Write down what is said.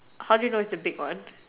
how do you know it's a big one